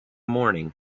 morning